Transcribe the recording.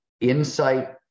insight